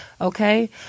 Okay